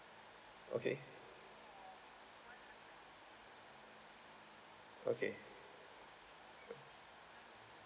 okay okay